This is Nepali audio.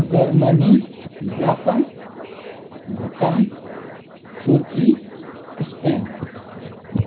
Germany Japan Bhutan Turkey Spain